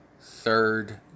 third